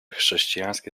chrześcijańskie